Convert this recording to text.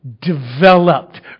developed